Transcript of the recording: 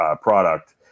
product